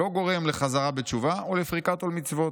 לא גורם לחזרה בתשובה או לפריקת עול מצוות.